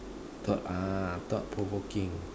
thought ah thought provoking